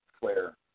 flare